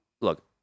look